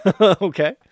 Okay